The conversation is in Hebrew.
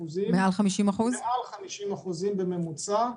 50% בממוצע,